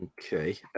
Okay